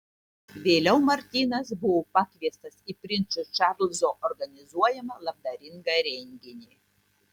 vėliau martynas buvo pakviestas į princo čarlzo organizuojamą labdaringą renginį